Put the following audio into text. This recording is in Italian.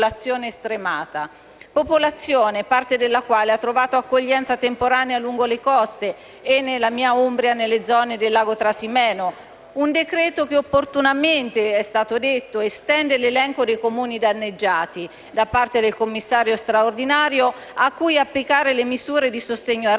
Popolazione parte della quale ha trovato accoglienza temporanea lungo le coste e, nella mia Umbria, nella zona del lago Trasimeno. Un decreto-legge che opportunamente, come è stato detto, estende l'elenco dei Comuni danneggiati da parte del commissario straordinario, a cui applicare le misure di sostegno al reddito dei